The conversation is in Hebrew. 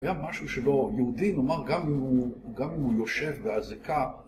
היה משהו שלא יהודי, נאמר, גם אם הוא יושב באזיקה.